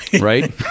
right